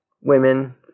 women